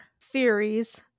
theories